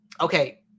okay